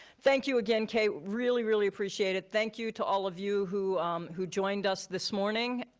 thank you again, kate. really, really appreciate it. thank you to all of you who who joined us this morning.